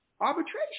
arbitration